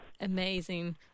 amazing